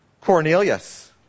Cornelius